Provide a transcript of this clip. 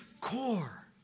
core